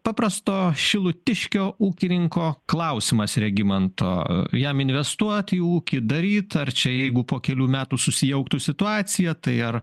paprasto šilutiškio ūkininko klausimas regimanto jam investuot į ūkį daryt ar čia jeigu po kelių metų susijauktų situacija tai ar